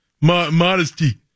Modesty